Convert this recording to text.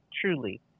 truly